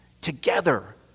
together